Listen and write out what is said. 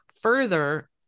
Further